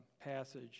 passage